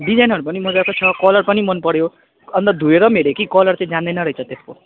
डिजाइनहरू पनि मजाको छ कलर पनि मन पऱ्यो अन्त धोएर पनि हेरेँ कि कलर चाहिँ जाँदैन रहेछ त्यसको